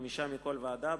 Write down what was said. חמישה מכל ועדה,